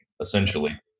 essentially